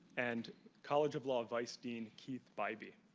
and college of law vice dean keith bybee.